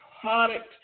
product